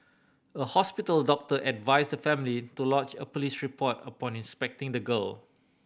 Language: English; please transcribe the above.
a hospital doctor advised the family to lodge a police report upon inspecting the girl